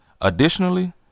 Additionally